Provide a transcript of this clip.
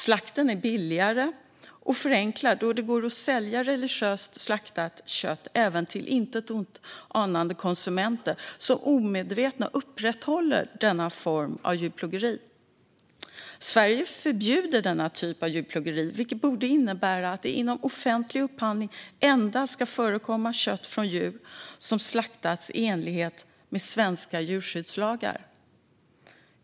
Slakten är billigare och förenklar det hela då det går att sälja religiöst slaktat kött även till intet ont anande konsumenter som omedvetet upprätthåller denna form av djurplågeri. Sverige förbjuder sådant djurplågeri, vilket borde innebära att det inom offentlig upphandling endast ska förekomma kött från djur som slaktats i enlighet med svenska djurskyddslagar.